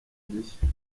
gishya